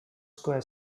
square